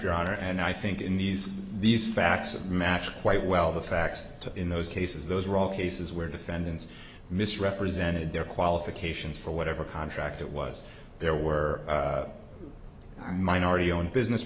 your honor and i think in these these facts of match quite well the facts in those cases those raw cases where defendants misrepresented their qualifications for whatever contract it was there were minority owned business